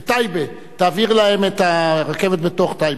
בטייבה, תעביר להם את הרכבת בתוך טייבה.